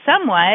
somewhat